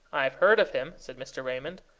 i've heard of him, said mr. raymond.